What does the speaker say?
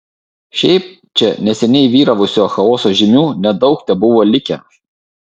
šiaip čia neseniai vyravusio chaoso žymių nedaug tebuvo likę